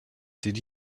did